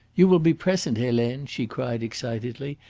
you will be present, helene, she cried excitedly.